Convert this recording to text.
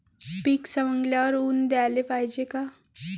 पीक सवंगल्यावर ऊन द्याले पायजे का?